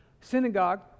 synagogue